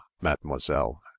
mademoiselle